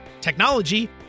technology